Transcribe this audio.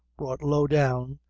brought low down,